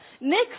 Nick